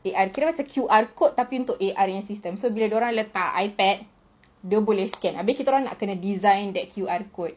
A_R kira macam Q_R code tapi untuk A_R punya system orang letak I pad dorang boleh scan abeh kita orang nak kena design that Q_R code